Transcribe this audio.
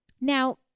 Now